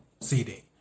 CD